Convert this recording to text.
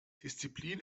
disziplin